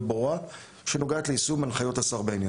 ברורה שנוגעת ליישום הנחיות השר בעניין.